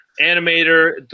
animator